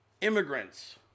immigrants